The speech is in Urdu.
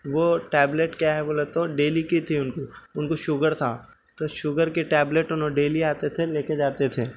وہ ٹیبلٹ کیا ہے بولو تو ڈیلی کی تھی ان کی ان کو شوگر تھا تو شوگر کی ٹیبلٹ انہوں ڈیلی آتے تھے لے کے جاتے تھے